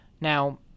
Now